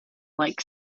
like